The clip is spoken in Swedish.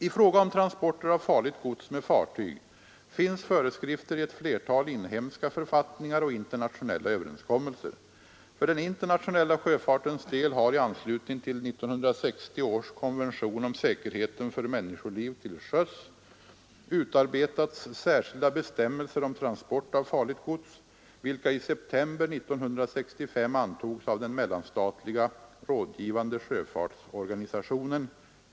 I fråga om transporter av farligt gods med fartyg finns föreskrifter i ett flertal inhemska författningar och internationella överenskommelser. För den internationella sjöfartens del har i anslutning till 1960 års konvention om säkerheten för människoliv till sjöss utarbetats särskilda bestämmelser om transport av farligt gods, vilka i september 1965 antogs av den mellanstatliga rådgivande sjöfartsorganisationen .